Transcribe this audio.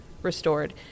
Restored